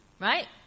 right